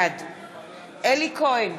בעד אלי כהן,